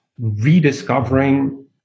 rediscovering